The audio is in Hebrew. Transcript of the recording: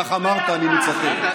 כך אמרת, אני מצטט.